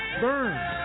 burn